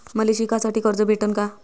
मले शिकासाठी कर्ज भेटन का?